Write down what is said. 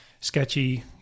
sketchy